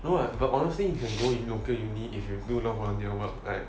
no what but honestly you can go in local uni if you do a lot of volunteer work right